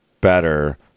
better